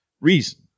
reason